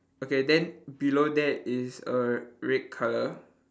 okay then below there is err red colour